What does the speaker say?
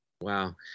Wow